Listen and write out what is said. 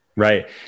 Right